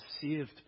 saved